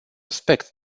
aspect